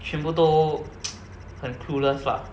全部都 很 clueless lah